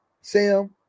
Sam